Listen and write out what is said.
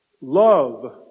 Love